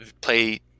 play